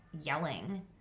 yelling